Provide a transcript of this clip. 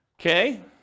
Okay